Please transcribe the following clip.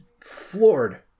floored